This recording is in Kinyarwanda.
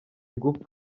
gupfa